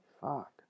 fuck